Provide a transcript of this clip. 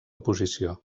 posició